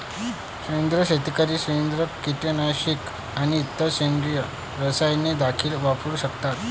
सेंद्रिय शेतकरी सेंद्रिय कीटकनाशके आणि इतर सेंद्रिय रसायने देखील वापरू शकतात